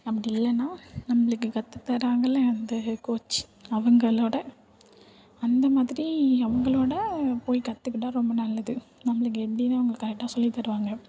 அப்படி இல்லைன்னா நம்மளுக்கு கற்றுத்தர்றாங்கள அந்த கோச் அவங்களோடு அந்த மாதிரி அவங்களோடு போய் கற்றுக்கிட்டா ரொம்ப நல்லது நம்மளுக்கு எப்படின்னு அவங்க கரெக்டாக சொல்லித்தருவாங்க